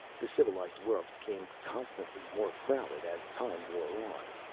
the civilized worlds became constantly more crowded as time wore on.